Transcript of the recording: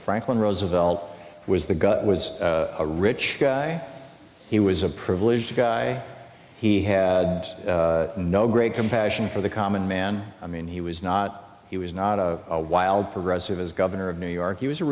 franklin roosevelt was the guy was a rich guy he was a privileged guy he had no great compassion for the common man i mean he was not he was not a wild progressive as governor of new york he was a